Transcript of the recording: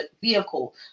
vehicle